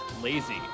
lazy